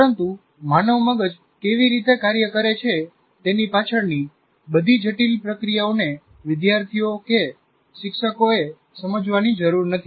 પરંતુ માનવ મગજ કેવી રીતે કાર્ય કરે છે તેની પાછળની બધી જટિલ પ્રક્રિયાઓને વિદ્યાર્થીઓ કે શિક્ષકોએ સમજવાની જરૂર નથી